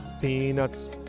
Peanuts